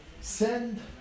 send